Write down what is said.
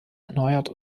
erneuert